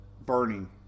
burning